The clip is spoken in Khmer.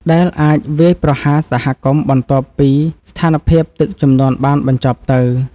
ដែលអាចវាយប្រហារសហគមន៍បន្ទាប់ពីស្ថានភាពទឹកជំនន់បានបញ្ចប់ទៅ។